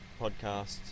podcast